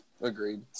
Agreed